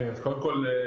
קודם כל,